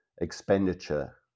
expenditure